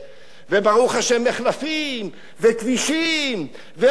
וברוך השם, מחלפים וכבישים ורכבות.